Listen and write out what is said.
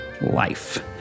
life